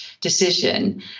decision